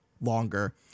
longer